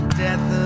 death